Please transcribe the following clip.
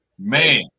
Man